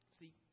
See